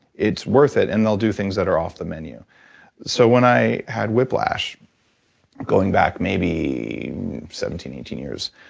it's worth it and they'll do things that are off the menu so when i had whiplash going back maybe seventeen eighteen years,